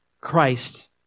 Christ